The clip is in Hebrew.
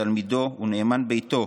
תלמידו ונאמן ביתו